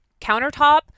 countertop